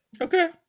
Okay